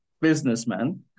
businessman